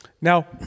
Now